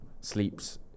sleeps